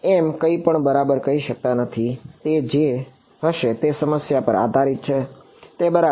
અમે કંઇપણ બરાબર કહી શકતા નથી તે તે જે હશે તે સમસ્યા પર આધારિત છે તે બરાબર છે